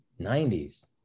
90s